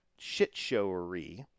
shitshowery